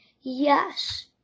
Yes